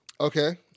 Okay